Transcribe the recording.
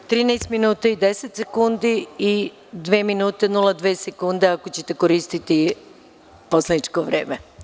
Imate 13 minuta i 10 sekundi i dve minute 0,2 sekunde ako ćete koristiti poslaničko vreme.